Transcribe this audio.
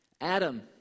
Adam